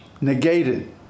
negated